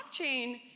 blockchain